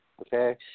Okay